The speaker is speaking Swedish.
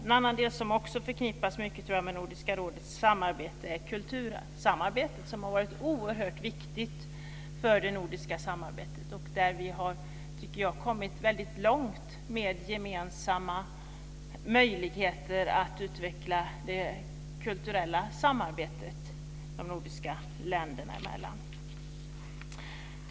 En annan del som jag också tror förknippas mycket med Nordiska rådets arbete är kultursamarbetet, som har varit oerhört viktigt för det nordiska samarbetet. Jag tycker att vi har kommit väldigt långt med gemensamma möjligheter att utveckla det kulturella samarbetet de nordiska länderna emellan.